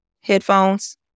headphones